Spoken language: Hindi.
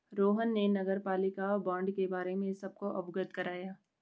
रोहन ने नगरपालिका बॉण्ड के बारे में सबको अवगत कराया